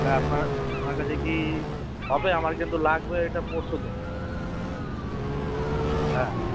আপনার আপনার কাছে কি হবে আমার কিন্তু লাগবে এটা পরশু দিন হ্যাঁ